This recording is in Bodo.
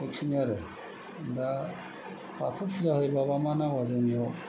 बेखिनि आरो दा बाथौ फुजा होयोब्ला मा मा नांगौ जोंनियाव